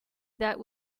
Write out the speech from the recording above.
that